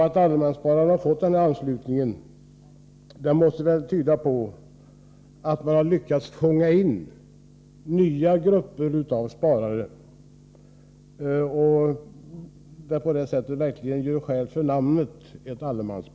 Att allemanssparandet har fått denna anslutning måste tyda på att man har lyckats fånga in nya grupper av sparare. Allemanssparandet gör på det sättet verkligen skäl för namnet.